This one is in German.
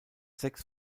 sechs